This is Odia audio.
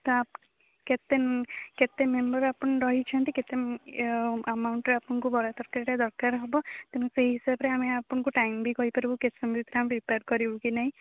ତ କେତେ କେତେ ମେମ୍ବର ଆପଣ ରହିଛନ୍ତି କେତେ ଆମାଉଣ୍ଟରେ ଆପଣଙ୍କୁ ବରା ତରକାରୀଟା ଦରକାର ହବ ତେଣୁ ସେଇ ହିସାବରେ ଆମେ ଆପଣଙ୍କୁ ଟାଇମ୍ ବି କହିପାରିବୁ କେତେ ସମୟ ଭିତରେ ଆମେ ପ୍ରିପେୟାର କରିବୁ କି ନାଇଁ